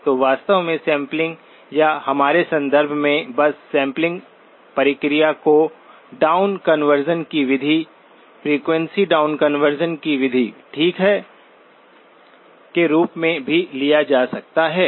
तो वास्तव में सैंपलिंग या हमारे संदर्भ में बस सैंपलिंग प्रक्रिया को डाउन कन्वर्शन की विधि फ्रीक्वेंसी डाउन कन्वर्शन की विधि ठीक के रूप में भी लिया जा सकता है